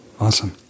Awesome